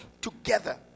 together